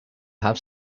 have